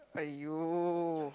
!aiyo!